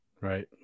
Right